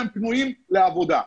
והם פנויים לעבודה.